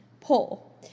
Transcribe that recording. pull